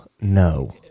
No